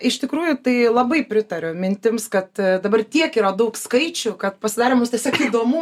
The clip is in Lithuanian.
iš tikrųjų tai labai pritariu mintims kad dabar tiek yra daug skaičių kad pasidarė mums tiesiog neįdomu